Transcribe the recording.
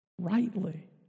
rightly